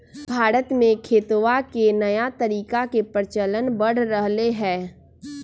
भारत में खेतवा के नया तरीका के प्रचलन बढ़ रहले है